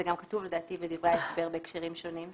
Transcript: זה גם כתוב לדעתי בדברי ההסבר בהקשרים שונים,